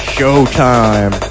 Showtime